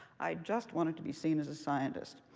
i just wanted to be seen as a scientist.